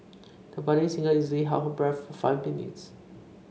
the budding singer easily held her breath for five minutes